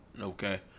okay